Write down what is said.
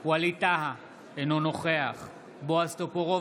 ווליד טאהא, אינו נוכח בועז טופורובסקי,